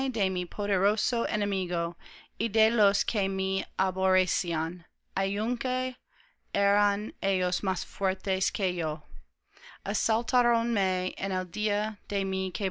de mi poderoso enemigo y de los que me aborrecían aunque eran ellos más fuertes que yo